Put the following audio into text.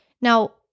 Now